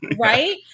right